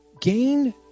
Gain